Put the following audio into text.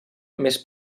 més